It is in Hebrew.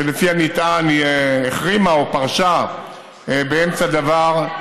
שלפי הנטען היא החרימה או פרשה באמצע דבר,